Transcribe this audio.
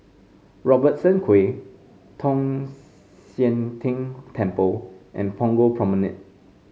Robertson Quay Tong Sian Tng Temple and Punggol Promenade